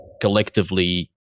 collectively